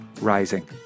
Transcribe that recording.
rising